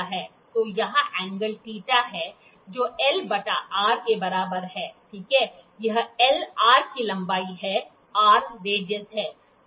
तो यहाँ एंगल α है जो l बटा R के बराबर है ठीक है यह l आर्क की लंबाई है R रेडियस है